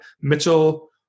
Mitchell